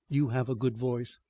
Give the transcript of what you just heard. you have a good voice.